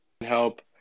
help